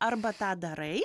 arba tą darai